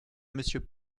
monsieur